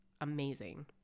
amazing